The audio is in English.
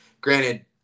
Granted